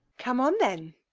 come on then!